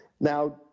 Now